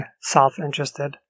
self-interested